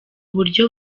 buryo